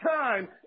time